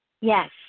Yes